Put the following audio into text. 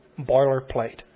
boilerplate